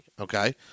Okay